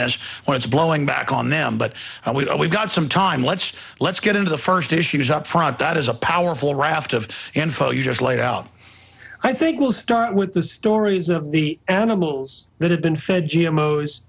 that when it's blowing back on them but i will we've got some time let's let's get into the first issues up front that is a powerful raft of info you just laid out i think we'll start with the stories of the animals that have been fed g m o's